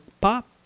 pop